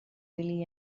really